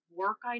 work